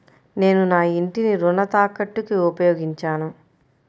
నేను నా ఇంటిని రుణ తాకట్టుకి ఉపయోగించాను